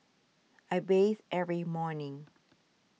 I bathe every morning